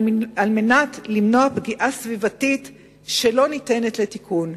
כדי למנוע פגיעה סביבתית שלא ניתנת לתיקון.